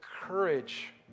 courage